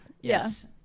yes